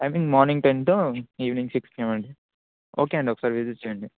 I mean morning ten to evening సిక్స్కి అండి okay అండి ఒకసారి విసిట్ చేయండి